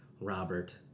Robert